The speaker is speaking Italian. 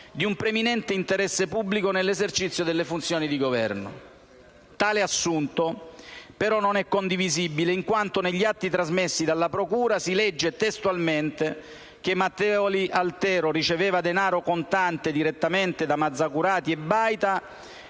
di un preminente interesse pubblico nell'esercizio della funzione di governo. Tale assunto, però, non è condivisibile, in quanto negli atti trasmessi dalla procura si legge testualmente che «Matteoli Altero riceveva denaro contante direttamente da Mazzacurati e Baita